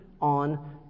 on